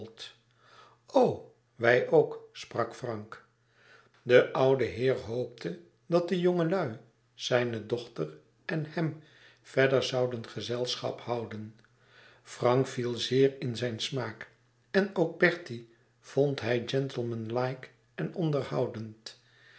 o wij ook sprak frank de oude heer hoopte dat de jongelui zijne dochter en hem verder zouden gezelschap houden frank viel zeer in zijn smaak en ook bertie vond hij gentlemanlike en onderhoudend